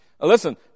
Listen